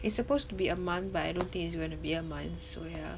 it's supposed to be a month but I don't think it's gonna be a month so yeah